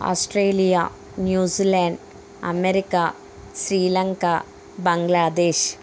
Australia New Zealand America Sri Lanka Bangladesh